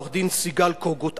עורכת-דין סיגל קוגוט,